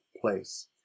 place